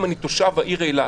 אם אני תושב העיר אילת,